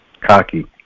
cocky